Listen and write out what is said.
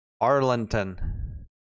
Arlington